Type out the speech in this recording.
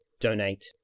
donate